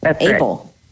able